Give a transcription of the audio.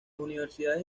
universidades